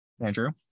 Andrew